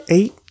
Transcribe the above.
Eight